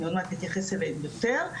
אני עוד מעט אתייחס אליהם יותר,